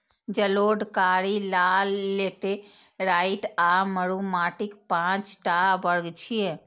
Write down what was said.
जलोढ़, कारी, लाल, लेटेराइट आ मरु माटिक पांच टा वर्ग छियै